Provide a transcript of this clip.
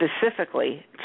Specifically